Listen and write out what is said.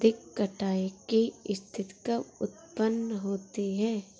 अधिक कटाई की स्थिति कब उतपन्न होती है?